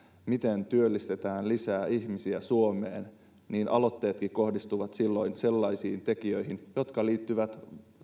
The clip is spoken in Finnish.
miten työllistetään lisää ihmisiä suomeen aloitteilla jotka kohdistuvat sellaisiin tekijöihin jotka liittyvät